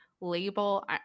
label –